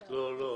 לא.